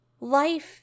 Life